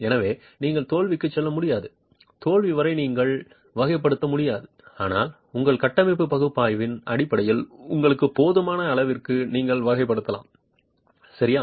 எனவே நீங்கள் தோல்விக்கு செல்ல முடியாது தோல்வி வரை நீங்கள் வகைப்படுத்த முடியாது ஆனால் உங்கள் கட்டமைப்பு பகுப்பாய்வின் அடிப்படையில் உங்களுக்கு போதுமான அளவிற்கு நீங்கள் வகைப்படுத்தலாம் சரியா